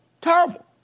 terrible